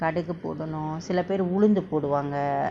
kaduhu போடனு சிலபேர் உளுந்து போடுவாங்க:podanu silaper ulunthu poduvanga